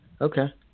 Okay